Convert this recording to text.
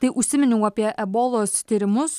tai užsiminiau apie ebolos tyrimus